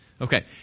Okay